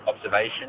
observation